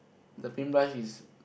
the paint brush is